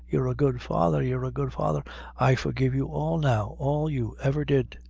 you're a good father you're a good father i forgive you all now, all you ever did.